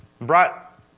brought